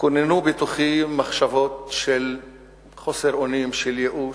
קיננו בתוכי מחשבות של חוסר אונים, של ייאוש,